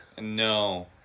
No